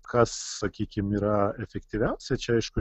kas sakykim yra efektyviausia čia aišku